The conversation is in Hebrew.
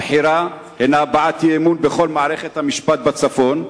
הבחירה היא הבעת אי-אמון בכל מערכת המשפט בצפון.